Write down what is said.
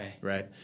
Right